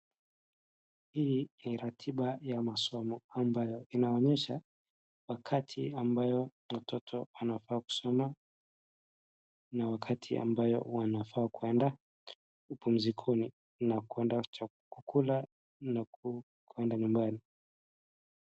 Hii ni ratiba ya masomo ambayo inaonyesha wakati ambayo mtoto wanafaa kusoma na wakati ambayo wanafaa kwenda pumzikoni na kwenda chakula kula na kwenda nyumbani.